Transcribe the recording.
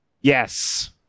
Yes